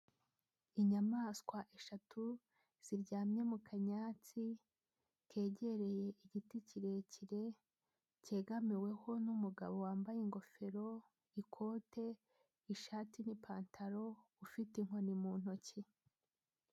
Inyamaswa eshatu ziryamye mu kanyatsi kegereye igiti kirekire, cyegamiweho n'umugabo wambaye ingofero, ikote, ishati n'ipantaro ufite inkoni mu ntoki.